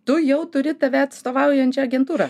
tu jau turi tave atstovaujančią agentūrą